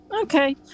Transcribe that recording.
Okay